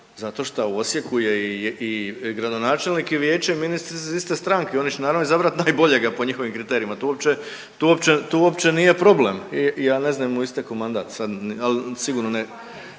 zato šta u Osijeku je i gradonačelnik i vijeće i ministrica iz iste strane, oni će naravno izabrati najboljega po njihovim kriterijima to uopće nije problem. I ja ne znam jel mu istekao mandat, ali sigurno neće